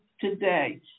today